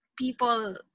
people